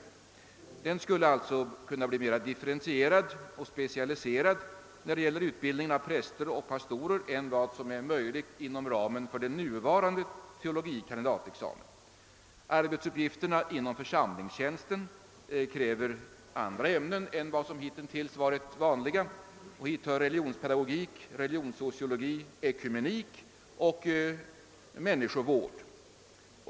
Utbildningen av präster och paste» rer skulle alltså kunna bli mer differentierad och specialiserad än vad som är möjlig inom ramen för nuvarande teologie kandidatexamen. Arbetsuppgifterna inom församlingstjänsten kräver åndra ämnen än som hittills varit vanliga. Hit hör religionspedagogik, religionssociologi, ekumenik och människovård.